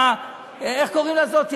איך קוראים לזאת,